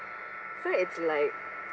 so it's like